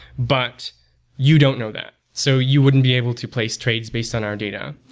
but you don't know that. so you wouldn't be able to place trades based on our data.